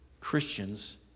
Christians